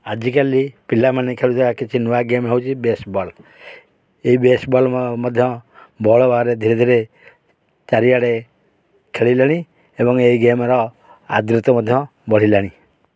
ଆଜିକାଲି ପିଲାମାନେ ଖେଳୁଥିବା କିଛି ନୂଆ ଗେମ୍ ହେଇଛି ବେସ୍ ବଲ୍ ଏହି ବେସ୍ ବଲ୍ ମଧ୍ୟ ବଳ ଭାରେ ଧୀରେ ଧୀରେ ଚାରିଆଡ଼େ ଖେଳିଲେଣି ଏବଂ ଏହି ଗେମ୍ର ଆଦୃତ ମଧ୍ୟ ବଢ଼ିଲାଣି